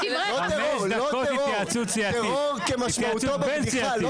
טרור; טרור כמשמעותו בבדיחה.